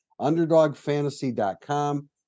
underdogfantasy.com